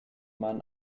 man